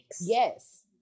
Yes